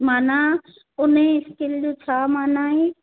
माना हुन जे स्कील जो छा माना आहे